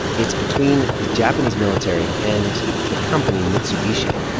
it's between the japanese military and the company mitsubishi.